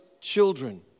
children